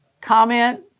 comment